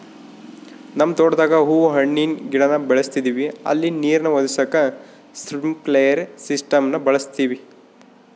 ನಮ್ ತೋಟುದಾಗ ಹೂವು ಹಣ್ಣಿನ್ ಗಿಡಾನ ಬೆಳುಸ್ತದಿವಿ ಅಲ್ಲಿ ನೀರ್ನ ಒದಗಿಸಾಕ ಸ್ಪ್ರಿನ್ಕ್ಲೆರ್ ಸಿಸ್ಟಮ್ನ ಬಳುಸ್ತೀವಿ